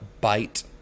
bite